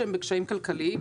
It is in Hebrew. כשהם בקשיים כלכליים.